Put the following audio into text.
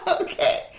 Okay